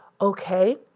okay